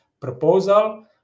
proposal